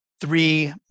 three